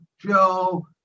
Joe